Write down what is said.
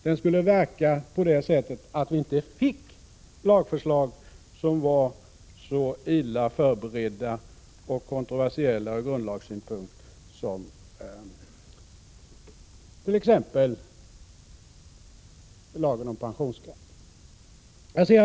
Den skulle verka så att vi inte fick lagförslag som är så illa förberedda och kontroversiella från grundlagssynpunkt som t.ex. lagen om pensionsskatten var.